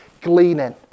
gleaning